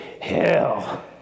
hell